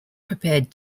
prepared